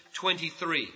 23